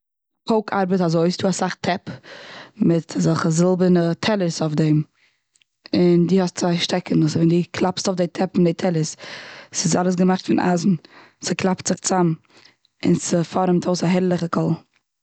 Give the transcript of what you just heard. פויק ארבעט אזוי ס'איז דא אסאך טעפ, מיט אזעלכע זילבערנע טעלערס אויף דעים. און די האסט צוויי שטעקענעס, און ווען דו קלאפסט אויף די טעפ און די טעלערס, ס'איז אלעס געמאכט פון אייזן ס'קלאפט זיך צוזאם און ס'פארעמט אויס א הערליכע קול.